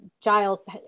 Giles